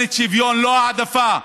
לא העדפה,